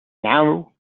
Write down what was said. now